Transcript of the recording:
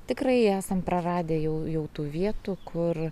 tikrai esam praradę jau jau tų vietų kur